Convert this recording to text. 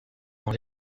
dans